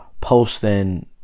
posting